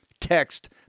text